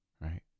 Right